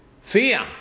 Fear